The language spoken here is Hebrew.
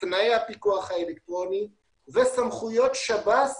תנאי הפיקוח האלקטרוני וסמכויות שב"ס